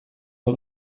her